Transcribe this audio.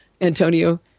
antonio